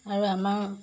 আৰু আমাৰ